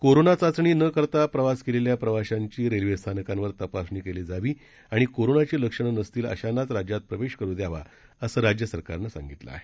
corona चाचणी न करता प्रवास केलेल्या प्रवाशांची रेल्वे स्थानकांवर तपासणी केली जावी आणि कोरोनाची लक्षणं नसतील अशांनाच राज्यात प्रवेश करू द्यावा असं राज्य सरकारनं सांगितलं आहे